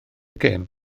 gêm